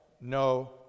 no